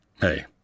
Hey